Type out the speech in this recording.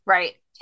Right